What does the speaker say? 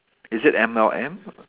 is it M_L_M